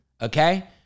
okay